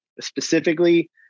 specifically